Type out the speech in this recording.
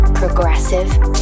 progressive